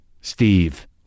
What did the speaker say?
Steve